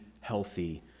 healthy